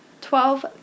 Twelve